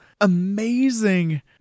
amazing